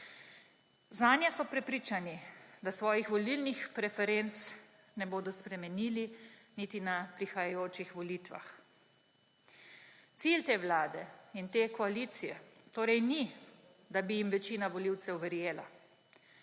Zanje so prepričani, da svojih volilnih preferenc ne bodo spremenili niti na prihajajočih volitvah. Cilj te vlade in te koalicije torej ni, da bi jim večina volivcev verjela,